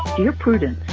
dear prudence